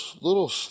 little